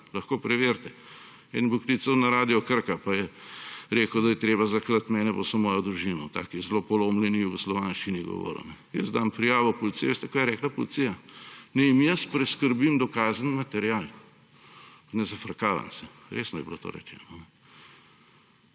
lahko preverite. En je klical na Radio Krka, pa je rekel, da je treba zaklat mene pa vso mojo družino. V taki zelo polomljeni jugoslovanščini je govoril. Jaz dam prijavo policiji. Veste, kaj je rekla policija? Naj jim jaz preskrbim dokazni material. Ne zafrkavam se, resno je bilo to rečeno.